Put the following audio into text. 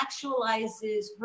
actualizes